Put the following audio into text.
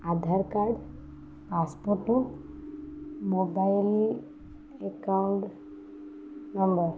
Aadhaar card passport mobile account number